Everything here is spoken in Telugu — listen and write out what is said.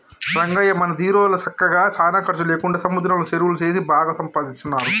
రంగయ్య మన దీరోళ్ళు సక్కగా సానా ఖర్చు లేకుండా సముద్రంలో సెరువులు సేసి బాగా సంపాదిస్తున్నారు